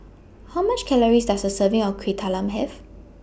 How much Calories Does A Serving of Kueh Talam Have